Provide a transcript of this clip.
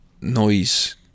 noise